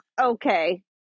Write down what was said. okay